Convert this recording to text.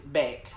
back